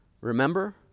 remember